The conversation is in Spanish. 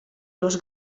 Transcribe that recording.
los